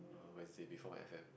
Wednesday before my exam